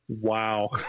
wow